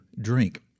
drink